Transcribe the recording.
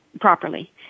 properly